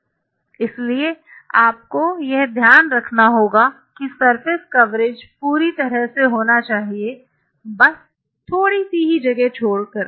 इसलिए आपको यह ध्यान रखना होगा कि सरफेस कवरेज पूरी तरह से होना चाहिए बस थोड़ी सी जगह छोड़ कर